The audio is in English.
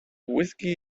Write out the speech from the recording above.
whiskey